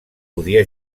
podia